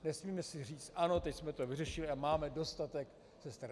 Nesmíme si říct ano, teď jsme to vyřešili a máme dostatek sester.